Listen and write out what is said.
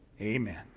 amen